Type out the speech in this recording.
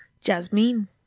Jasmine